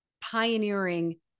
pioneering